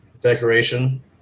decoration